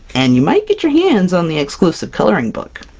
and you might get your hands on the exclusive coloring book!